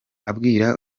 abwira